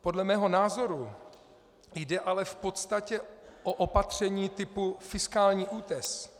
Podle mého názoru jde ale v podstatě o opatření typu fiskální útes.